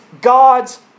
God's